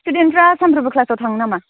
स्टुदेन्टफ्रा सानफ्रोमबो क्लासाव थाङो नामा